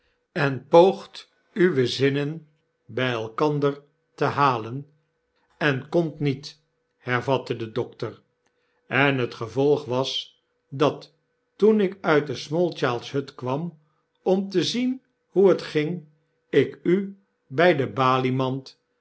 en poogdet uwe zinnen by elkander te halen en kondt niet hervatte de dokter en het gevolg was dat toen ik uit de smallchildshut kwam om te zien hoe het ging ik u by de baliemand